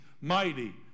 mighty